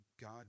God